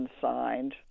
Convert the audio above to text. signed